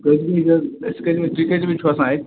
تہٕ أسۍ کٔژ بَجہِ تُہۍ کٔژ بَجہِ چھِو آسان اَتہِ